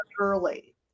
Early